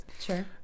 Sure